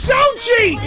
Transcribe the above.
Sochi